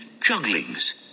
jugglings